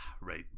right